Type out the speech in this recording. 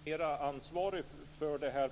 Herr talman! Man är mer ansvarig för det här